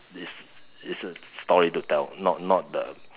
is is a story to tell not not the